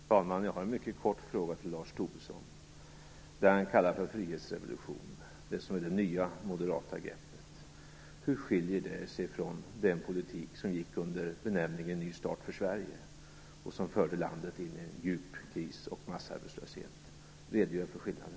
Fru talman! Jag har en mycket kort fråga till Lars Tobisson. Det han kallar för frihetsrevolution, det som är det nya moderata greppet; hur skiljer det sig från den politik som gick under benämningen "Ny start för Sverige", och som förde landet in i en djup kris och massarbetslöshet? Redogör för skillnaden.